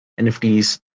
NFTs